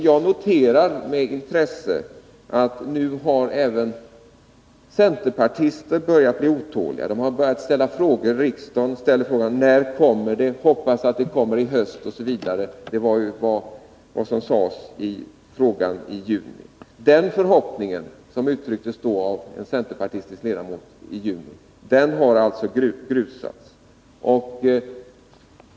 Jag noterar med intresse att även centerpartister nu har börjat bli otåliga och börjat ställa frågor i riksdagen: När kommer det någon proposition? Hoppas att den kommer i höst osv. Detta var ju vad som sades i frågan i juni. Den förhoppningen — som då, i juni, uttrycktes av en centerpartistisk ledamot — har alltså grusats.